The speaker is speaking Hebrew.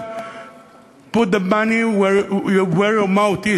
כרגע Put your money where your mouth is,